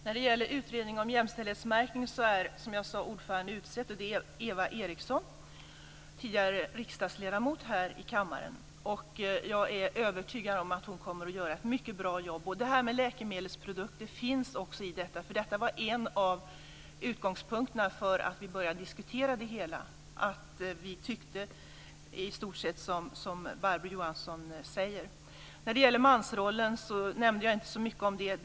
Fru talman! När det gäller utredning om jämställdhetsmärkning är, som jag sade, ordföranden utsedd, nämligen Eva Eriksson, tidigare riksdagsledamot här i kammaren. Jag är övertygad om att hon kommer att göra ett mycket bra jobb. Detta med läkemedelsprodukter ingår också i detta arbete, för en av utgångspunkterna när vi började att diskutera det hela var att vi i stort sett tycker att det är som Barbro Jag nämnde inte så mycket om mansrollen.